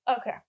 Okay